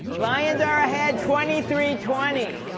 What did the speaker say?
lions are ahead twenty three twenty.